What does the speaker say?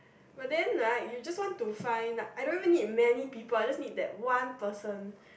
but then right you just want to find I don't need many people I just need that one person